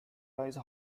rise